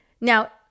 Now